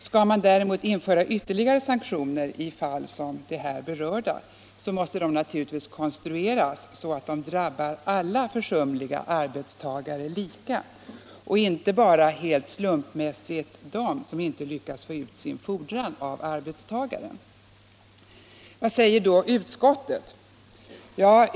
Skall man däremot införa ytterligare sanktioner i fall som de här berörda, måste de givetvis konstrueras så, att de drabbar alla försumliga arbetsgivare lika och inte bara helt slumpmässigt dem som inte lyckas få ut sin fordran av arbetstagarna. Vad säger då utskottet?